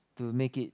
to make it